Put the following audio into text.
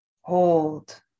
Hold